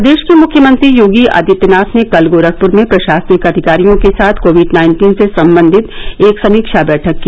प्रदेश के मुख्यमंत्री योगी आदित्यनाथ ने कल गोरखपुर में प्रशासनिक अधिकारियों के साथ कोविड नाइन्टीन से सम्बंधित एक समीक्षा बैठक की